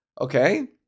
okay